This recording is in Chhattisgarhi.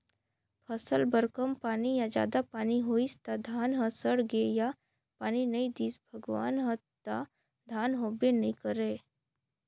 फसल बर कम पानी या जादा पानी होइस त धान ह सड़गे या पानी नइ दिस भगवान ह त धान होबे नइ करय